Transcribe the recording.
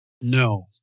No